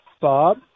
Bob